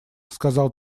сказал